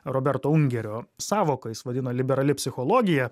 roberto ungerio sąvoką jis vadino liberali psichologija